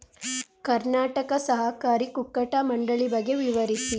ಕರ್ನಾಟಕ ಸಹಕಾರಿ ಕುಕ್ಕಟ ಮಂಡಳಿ ಬಗ್ಗೆ ವಿವರಿಸಿ?